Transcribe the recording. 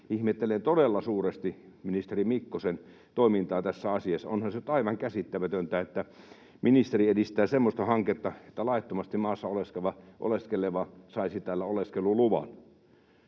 Ihmettelen todella suuresti ministeri Mikkosen toimintaa tässä asiassa. Onhan se nyt aivan käsittämätöntä, että ministeri edistää semmoista hanketta, että laittomasti maassa oleskeleva saisi täällä oleskeluluvan.